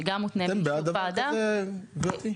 שגם מותנה באישור הוועדה,